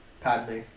Padme